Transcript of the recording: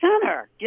center